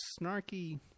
snarky